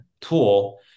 tool